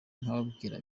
nkababwira